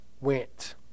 went